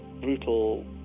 brutal